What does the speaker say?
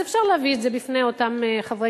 אז אפשר להביא את זה בפני אותם חברי